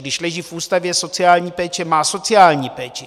Když leží v ústavu sociální péče, má sociální péči.